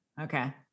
Okay